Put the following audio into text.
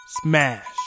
smash